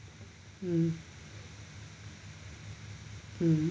mm mm